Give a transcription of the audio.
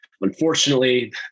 unfortunately